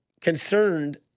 concerned